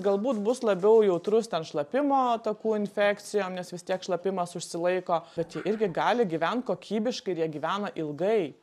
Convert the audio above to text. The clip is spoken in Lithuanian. galbūt bus labiau jautrus ten šlapimo takų infekcijom nes vis tiek šlapimas užsilaiko bet jie irgi gali gyvent kokybiškai ir jie gyvena ilgai